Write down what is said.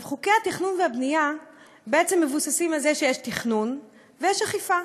חוקי התכנון והבנייה בעצם מבוססים על זה שיש תכנון ויש אכיפה.